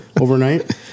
overnight